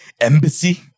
Embassy